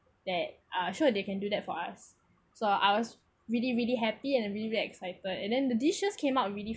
that uh sure they can do that for us so I was really really happy and really excited and then the dishes came out really